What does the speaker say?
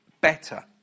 better